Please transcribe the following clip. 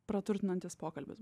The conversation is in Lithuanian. praturtinantis pokalbis